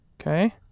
Okay